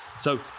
so,